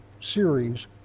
series